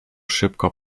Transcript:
szybko